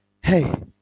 hey